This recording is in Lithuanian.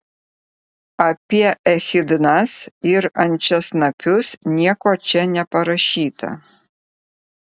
apie echidnas ir ančiasnapius nieko čia neparašyta